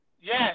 Yes